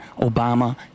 Obama